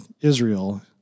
Israel